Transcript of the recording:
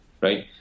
right